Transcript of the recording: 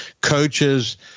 coaches